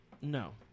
No